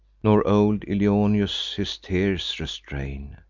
nor old ilioneus his tears restrain,